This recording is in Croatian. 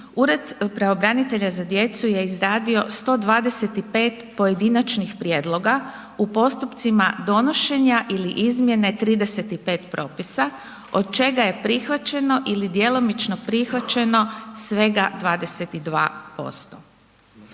Ured pravobranitelja za djecu je izradio 125 pojedinačnih prijedloga u postupcima donošenja ili izmjene 35 propisa, od čega je prihvaćeno ili djelomično prihvaćeno svega 22%.